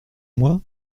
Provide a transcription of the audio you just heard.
moi